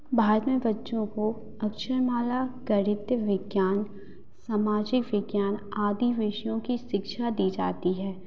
भारत में बच्चों को अक्षर माला गणित्य विज्ञान सामाजिक विज्ञान आदि विषयों की शिक्षा दी जाती है